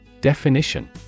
Definition